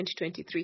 2023